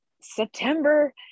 september